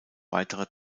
weitere